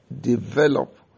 develop